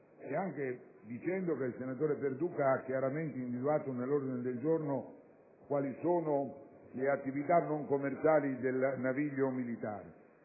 le ragioni. Il senatore Perduca ha chiaramente individuato, nell'ordine del giorno G101, le attività non commerciali del naviglio militare.